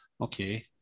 Okay